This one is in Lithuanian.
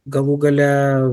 galų gale